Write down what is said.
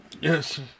Yes